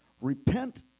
Repent